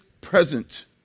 present